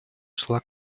шла